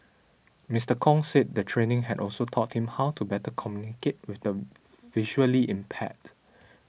Mister Kong said the training had also taught him how to better communicate with the visually impaired